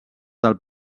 del